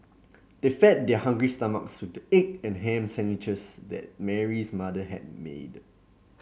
they fed their hungry stomachs with the egg and ham sandwiches that Mary's mother had made